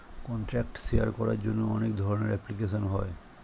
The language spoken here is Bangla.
কন্ট্যাক্ট শেয়ার করার জন্য অনেক ধরনের অ্যাপ্লিকেশন হয়